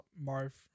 Marv